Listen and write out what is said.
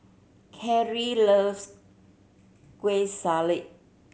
Carlee loves Kueh Salat